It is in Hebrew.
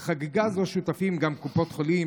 לחגיגה זו שותפים גם קופות חולים,